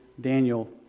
Daniel